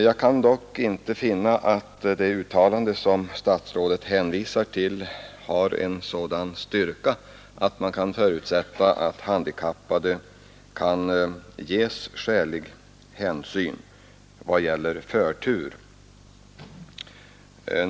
Jag kan dock inte finna att det uttalande som statsrådet hänvisar till har en sådan styrka att man kan förutsätta att skälig hänsyn kan tas till handikappade i vad gäller förtur vid intagning till frivillig utbildning.